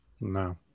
No